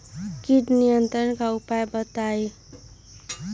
किट नियंत्रण के उपाय बतइयो?